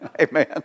amen